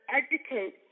educate